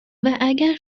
اگر